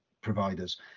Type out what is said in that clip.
providers